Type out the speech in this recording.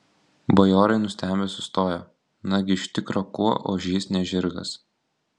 bajorai nustebę sustojo nagi iš tikro kuo ožys ne žirgas